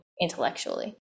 intellectually